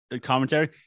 commentary